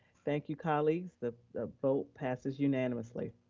thank you, colleagues. the vote passes unanimously.